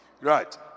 Right